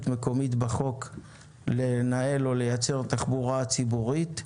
מקומית בחוק לנהל או לייצר תחבורה ציבורית.